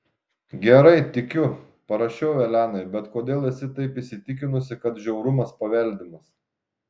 gerai tikiu parašiau elenai bet kodėl esi taip įsitikinusi kad žiaurumas paveldimas